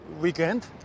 Weekend